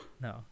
No